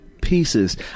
pieces